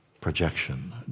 projection